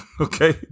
okay